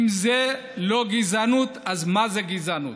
אם זו לא גזענות אז מה זו גזענות?